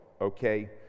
okay